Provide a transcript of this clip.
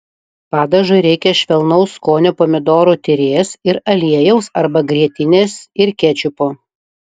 padažui reikia švelnaus skonio pomidorų tyrės ir aliejaus arba grietinės ir kečupo